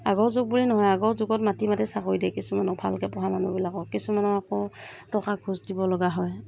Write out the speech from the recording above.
আগৰ যুগ বুলিয়ে নহয় আগৰ যুগত মাতি মাতি চাকৰি দিয়ে কিছুমানক ভালকৈ পঢ়া মানুহবিলাকক কিছুমানৰ আকৌ টকা ঘোচ দিবলগা হয়